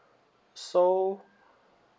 so